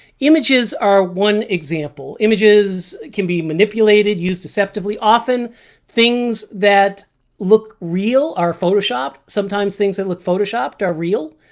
images are one example. images can be manipulated, used deceptively. often things that look real are photoshopped. sometimes things that look photoshopped are real.